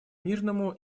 мирному